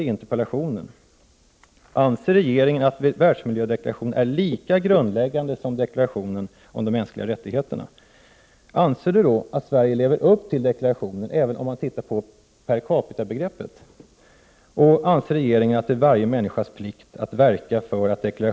17 Anser regeringen att världsmiljödeklarationen är lika grundläggande som deklarationen om de mänskliga rättigheterna?